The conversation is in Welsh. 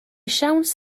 siawns